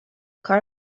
کار